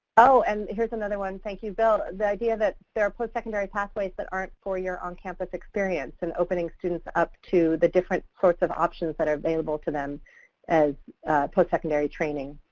oh, and here's another one. thank you, bill. the idea that there are postsecondary pathways that aren't four-year on-campus experience and opening students up to the different sorts of options that are available to them as postsecondary training.